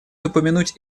упомянуть